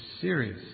serious